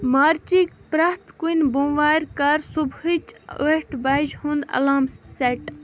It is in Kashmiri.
مارچٕکۍ پرٛٮ۪تھ کُنۍ بومہ وارِ کر صُبحٕچ ٲٹھِ بَجہِ ہُنٛد الام سٮ۪ٹ